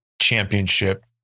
championship